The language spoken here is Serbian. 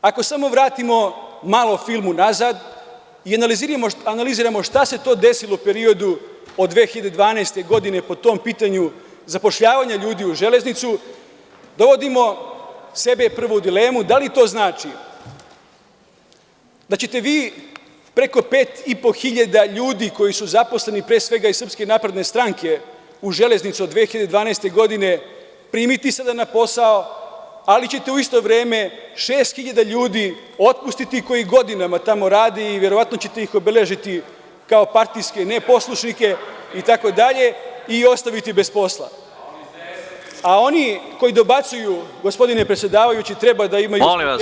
Ako samo vratimo malo film unazad i analiziramo šta se to desilo u periodu od 2012. godine po tom pitanju zapošljavanja ljudi u „Železnicu“ dovodimo sebe prvo u dilemu, da li to znači da ćete vi preko 5.500 ljudi koji su zaposleni, pre svega, iz SNS u „Železnicu“ od 2012. godine primiti sada na posao, ali ćete u isto vreme 6.000 ljudi otpustiti koji godinama tamo radi i verovatno ćete ih obeležiti kao partijske neposlušnike itd, i ostaviti bez posla, (Zoran Babić, s mesta: A oni su iz DS.) Oni koji dobacuju gospodine predsedavajući treba da imaju strpljenja da čuju…